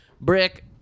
Brick